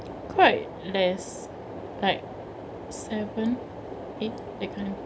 quite less like seven eight that kind of thingk